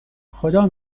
خدا